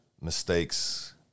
mistakes